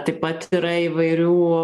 taip pat yra įvairių